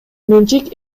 менчик